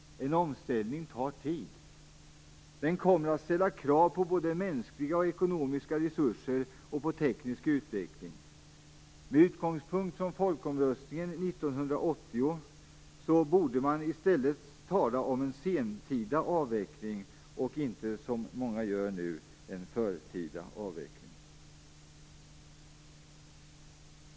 En omställning tar tid. Den kommer att ställa krav på både mänskliga och ekonomiska resurser och teknisk utveckling. Med utgångspunkt från folkomröstningen år 1980 borde man i stället tala om en sentida avveckling och inte som många nu gör om en förtida avveckling.